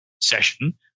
session